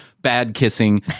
bad-kissing